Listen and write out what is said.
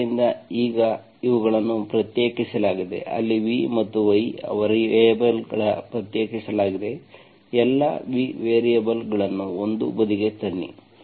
ಆದ್ದರಿಂದ ಈಗ ಇವುಗಳನ್ನು ಪ್ರತ್ಯೇಕಿಸಲಾಗಿದೆ ಅಲ್ಲಿ v ಮತ್ತು y ವೇರಿಯೇಬಲ್ಗಳನ್ನು ಪ್ರತ್ಯೇಕಿಸಲಾಗಿದೆ ಎಲ್ಲಾ v ವೇರಿಯೇಬಲ್ಗಳನ್ನು ಒಂದು ಬದಿಗೆ ತನ್ನಿ